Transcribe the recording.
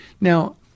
Now